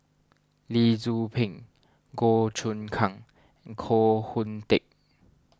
Lee Tzu Pheng Goh Choon Kang and Koh Hoon Teck